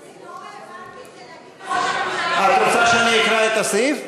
לא רלוונטי זה להגיד, את רוצה שאני אקרא את הסעיף?